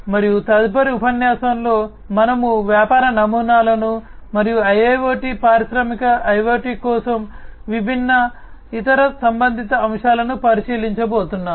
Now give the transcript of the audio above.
మరియు తదుపరి ఉపన్యాసంలో మనము వ్యాపార నమూనాలను మరియు IIoT పారిశ్రామిక IoT కోసం విభిన్న ఇతర సంబంధిత అంశాలను పరిశీలించబోతున్నాము